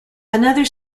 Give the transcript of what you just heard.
another